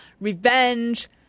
Revenge